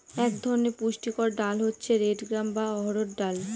এক ধরনের পুষ্টিকর ডাল হচ্ছে রেড গ্রাম বা অড়হর ডাল